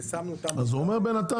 ושמנו אותם -- אז הוא אומר בינתיים,